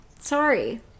Sorry